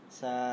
sa